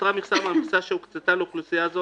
נותרה מכסה מהמכסה שהוקצתה לאוכלוסייה זו,